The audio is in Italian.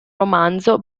romanzo